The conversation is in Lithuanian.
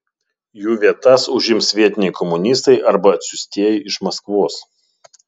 jų vietas užims vietiniai komunistai arba atsiųstieji iš maskvos